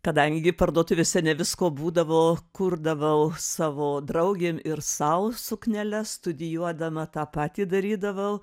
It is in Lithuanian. kadangi parduotuvėse ne visko būdavo kurdavau savo draugėm ir sau sukneles studijuodama tą patį darydavau